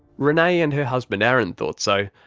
renay and her husband aaron thought so.